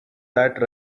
that